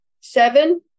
Seven